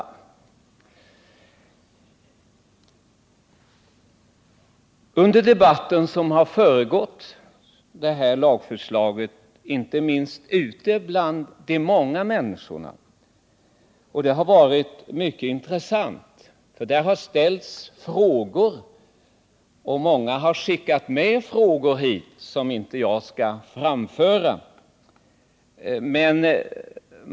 Under den debatt som föregått det här lagförslaget, inte minst ute bland de många människorna, har det varit mycket intressant att höra frågor som har ställts, och många har också skickat med mig frågor hit — som jag dock inte skall framföra.